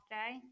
day